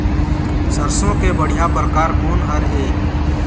सरसों के बढ़िया परकार कोन हर ये?